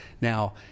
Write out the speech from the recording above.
Now